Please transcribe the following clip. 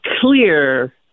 clear